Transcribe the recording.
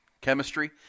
chemistry